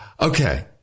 Okay